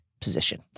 position